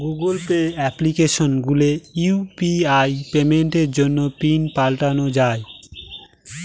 Google Pay application খুলে UPI পেমেন্টের জন্য পিন পাল্টানো যাই